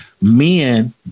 Men